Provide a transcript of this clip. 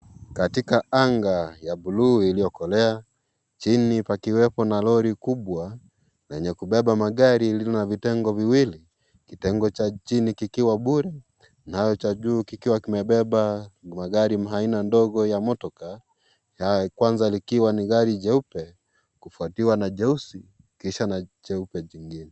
Katika anga ya bluu iliyokolea, chini pakiwepo na lori kubwa, lenye kubeba magari lililo na vitengo viwili. Kitengo cha chini kikiwa bure na cha juu kikiwa kimebeba magari yaaina ndogo ya motokaa, ya kwanza likiwa ni gari jeupe kufuatiwa na jeusi kisha na jeupe jingine.